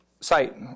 site